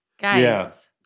Guys